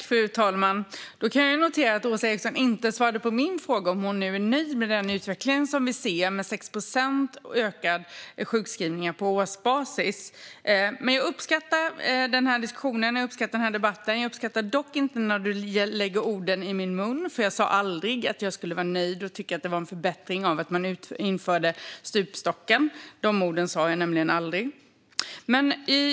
Fru talman! Jag noterar att Åsa Eriksson inte svarade på min fråga om huruvida hon är nöjd med den utveckling som vi ser med en ökning på 6 procent av sjukskrivningarna på årsbasis. Jag uppskattar den här diskussionen och debatten. Jag uppskattar dock inte när Åsa Eriksson lägger ord i min mun. Jag sa aldrig att jag skulle vara nöjd och tycka att det var en förbättring om stupstocken återinfördes. De orden sa jag aldrig.